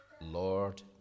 Lord